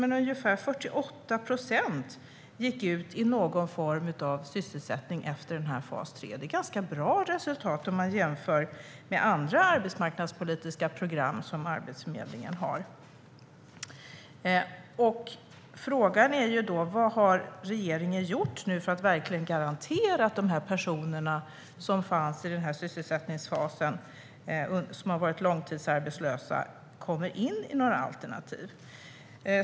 Men ungefär 48 procent av dem som kom in i fas 3 gick efter den ut i någon form av sysselsättning. Det är ett ganska bra resultat, om man jämför med andra arbetsmarknadspolitiska program som Arbetsförmedlingen har. Frågan är vad regeringen har gjort för att verkligen garantera att de personer som fanns i denna sysselsättningsfas och som har varit långtidsarbetslösa kommer in i några alternativ.